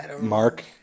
Mark